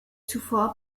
zuvor